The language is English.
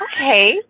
okay